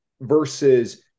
versus